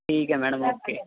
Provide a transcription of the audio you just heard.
ਠੀਕ ਹੈ madam okay